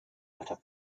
weiter